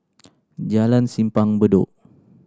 Jalan Simpang Bedok